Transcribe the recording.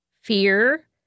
fear